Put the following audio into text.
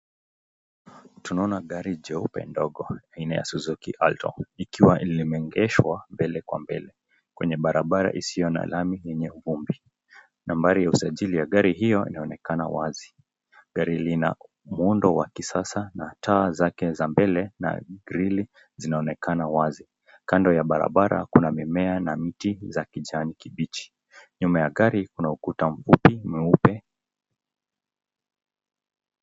Tunaona gari jeupe ndogo aina ya Suzuki Alto , ikiwa limeegeshwa mbele kwa mbele kwenye barabara isiyo na lami yenye vumbi. Nambari ya usajili ya gari hiyo inaonekana wazi. Gari lina muundo wa kisasa na taa zake za mbele na grill zinaonekana wazi. Kando ya barabara kuna mimea na miti za kijani kibichi. Nyuma ya gari kuna ukuta mfupi mweupe.